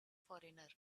foreigner